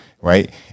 Right